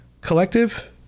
Collective